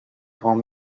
grand